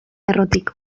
errotik